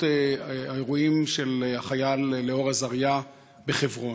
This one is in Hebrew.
האירועים של החייל אלאור אזריה בחברון.